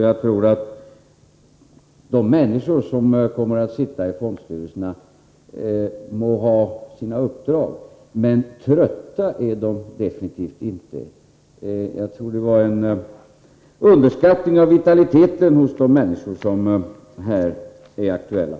Jag tror att de människor som kommer att sitta i fondstyrelserna må Öm aviserad utred: ha Sina RR 2 trötta är S SS a FR Tobisson underskattar ning om direktval nog vitaliteten hos de människor som här är aktuella.